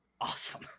awesome